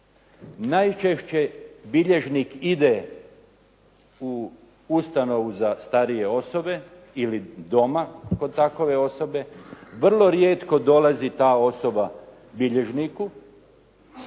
najčešće bilježnik ide u ustanovu za starije osobe ili doma kod takove osobe, vrlo rijetko dolazi ta osoba bilježniku.